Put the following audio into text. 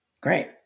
great